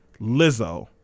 Lizzo